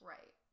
Right